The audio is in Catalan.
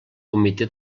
comitè